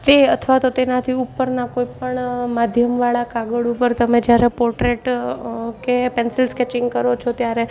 તે અથવા તો તેનાથી ઉપરના કોઈપણ માધ્યમવાળા કાગળ ઉપર તમે જ્યારે પોટ્રેટ કે પેન્સિલ સ્કેચિંગ કરો છો ત્યારે